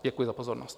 Děkuji za pozornost.